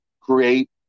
create